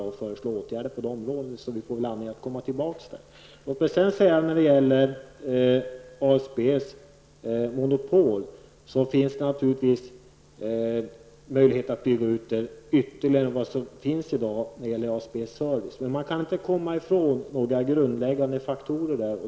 Åtgärder kommer att föreslås, varför vi får anledning att återkomma till den saken. Det finns naturligtvis möjligheter att bygga ut ASBs service ytterligare. Det går dock inte att komma ifrån några grundläggande faktorer.